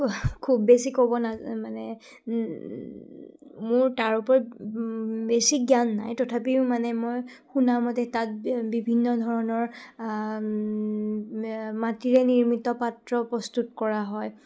খুব বেছি ক'ব নাযায় মানে মোৰ তাৰ ওপৰত বেছি জ্ঞান নাই তথাপিও মানে মই শুনামতে তাত বিভিন্ন ধৰণৰ মাটিৰে নিৰ্মিত পাত্ৰ প্ৰস্তুত কৰা হয়